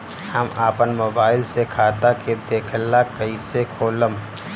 हम आपन मोबाइल से खाता के देखेला कइसे खोलम?